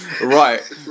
Right